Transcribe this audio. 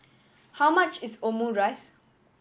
how much is Omurice